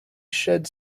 shed